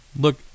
look